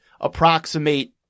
approximate